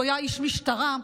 שהיה איש משטרה,